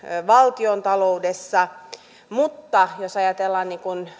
valtiontaloudessa mutta jos ajatellaan